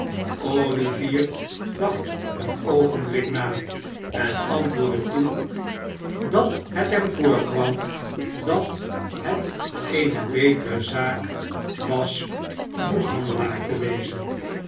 olivier dacht een oogenblik na en antwoordde toen dat het hem voorkwam dat het eene betere zaak was boekhandelaar te wezen